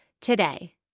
today